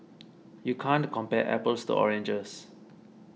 you can't compare apples to oranges